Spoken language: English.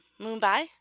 Mumbai